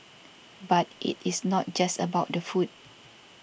but it is not just about the food